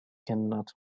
cannot